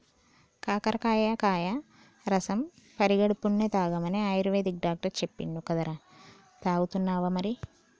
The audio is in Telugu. కాకరకాయ కాయ రసం పడిగడుపున్నె తాగమని ఆయుర్వేదిక్ డాక్టర్ చెప్పిండు కదరా, తాగుతున్నావా మరి